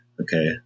Okay